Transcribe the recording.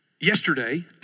Yesterday